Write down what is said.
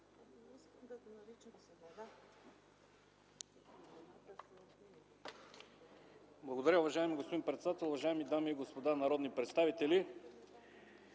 председател. Уважаема госпожо председател, уважаеми дами и господа народни представители!